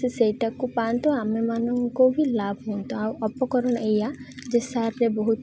ସେ ସେଇଟାକୁ ପାଆନ୍ତୁ ଆମେମାନଙ୍କୁ ବି ଲାଭ ହୁଅନ୍ତୁ ଆଉ ଉପକରଣ ଏଇଆ ଯେ ସାରରେ ବହୁତ